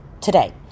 today